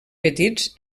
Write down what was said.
petits